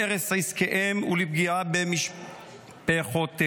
להרס עסקיהם ולפגיעה במשפחותיהם.